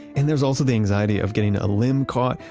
and there's also the anxiety of getting a limb caught,